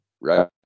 right